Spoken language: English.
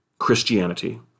Christianity